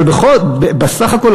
אבל בסך הכול,